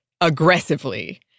aggressively